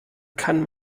kann